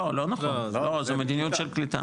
לא, לא נכון, זה מדיניות של קליטה.